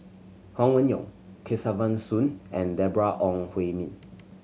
Huang Wenhong Kesavan Soon and Deborah Ong Hui Min